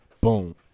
boom